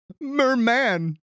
Merman